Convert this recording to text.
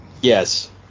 Yes